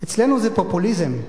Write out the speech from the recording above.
אצלנו זה פופוליזם,